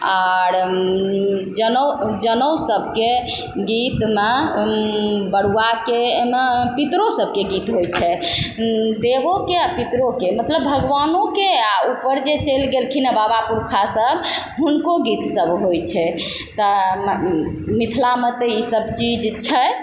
आर जनेउ सभकें गीतमे बरुआके एहिमे पितरो सभकें गीत होइ छै देवोके आ पितरोके मतलब भगवानोके आ ऊपर जे चलि गेलखिन बाबा पुरखासभ हुनको गीतसभ होइत छै तऽ मिथिलामे तऽ ईसभ चीज छै